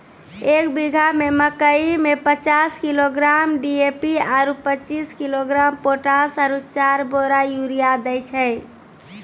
एक बीघा मे मकई मे पचास किलोग्राम डी.ए.पी आरु पचीस किलोग्राम पोटास आरु चार बोरा यूरिया दैय छैय?